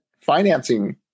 financing